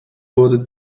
wurde